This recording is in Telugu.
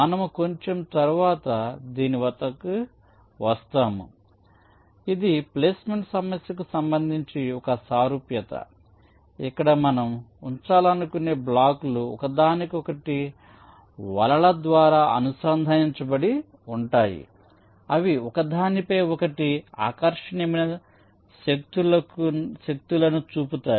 మనము కొంచెం తరువాత దీని వద్దకు వస్తాము ఇది ప్లేస్మెంట్ సమస్యకు సంబంధించి ఒక సారూప్యత ఇక్కడ మనం ఉంచాలనుకునే బ్లాక్లు ఒకదానికొకటి వలల ద్వారా అనుసంధానించబడి ఉంటాయి అవి ఒకదానిపై ఒకటి ఆకర్షణీయమైన శక్తులను చూపుతాయి